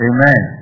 Amen